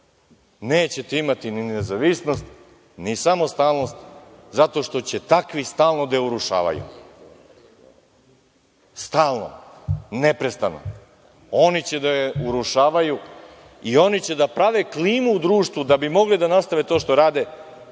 nećete imati ni nezavisnost, ni samostalnost, zato što će takvi stalno da je urušavaju. Stalno. Neprestano. Oni će da je urušavaju i oni će da prave klimu u društvu da bi mogli da nastave to što rade,